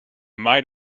might